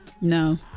No